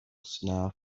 snuff